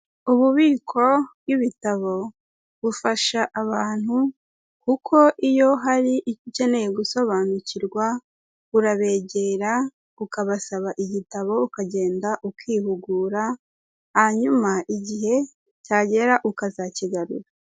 Ububiko bw'ibitabo bufasha abantu kuko iyo hari icyo ukeneye gusobanukirwa, urabegera ukabasaba igitabo ukagenda ukihugura, hanyuma igihe cyagera ukazakigarura.